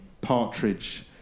Partridge